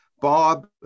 Bob